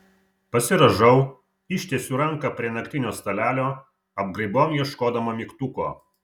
pasirąžau ištiesiu ranką prie naktinio stalelio apgraibom ieškodama mygtuko